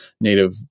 native